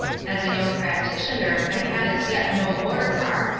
as a young practitioner, i had as yet no motor car.